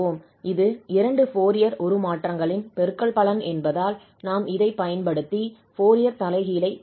இது இரண்டு ஃபோரியர் உருமாற்றங்களின் பெருக்கற்பலன் என்பதால் நாம் இதைப் பயன்படுத்தி ஃபோரியர் தலைகீழைப் பெறுகிறோம்